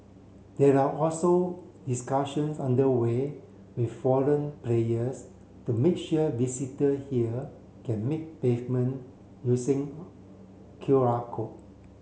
there are also discussions under way with foreign players to make sure visitor here can make pavement using Q R code